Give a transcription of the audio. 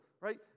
right